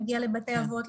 מגיע לבתי אבות,